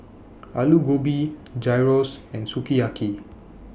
Alu Gobi Gyros and Sukiyaki